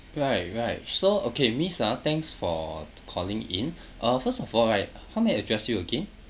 right right so okay miss ah thanks for calling in uh first of all right how may I address you again